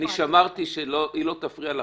אני שמרתי שהיא לא תפריע לכם,